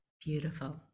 beautiful